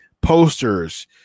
posters